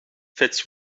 fits